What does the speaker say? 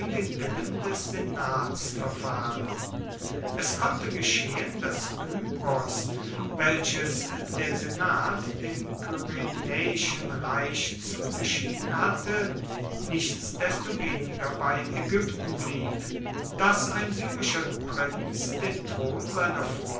den willen des senats verfahren es konnte geschehen daß kypros welches der senat dem kyrenäischen reich zugeschieden hatte nichtsdestoweniger bei ägypten blieb daß ein syrischer prinz den thron seiner